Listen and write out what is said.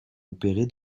opéré